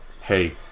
Hey